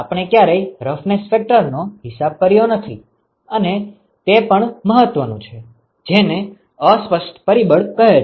આપણે ક્યારેય રફનેસ ફેક્ટરનો હિસાબ કર્યો નથી અને તે પણ મહત્વનું છેજેને અસ્પષ્ટ પરિબળ કહે છે